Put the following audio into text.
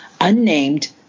unnamed